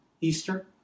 Easter